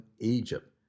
Egypt